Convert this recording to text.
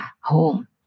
home